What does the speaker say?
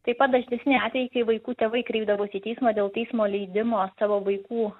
taip pat dažnesni atvejai kai vaikų tėvai kreipdavosi į teismą dėl teismo leidimo savo vaikų